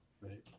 Right